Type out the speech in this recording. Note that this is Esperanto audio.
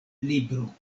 libro